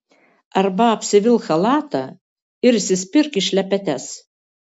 arba apsivilk chalatą ir įsispirk į šlepetes